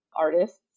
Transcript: artists